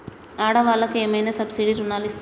ఆడ వాళ్ళకు ఏమైనా సబ్సిడీ రుణాలు ఇస్తారా?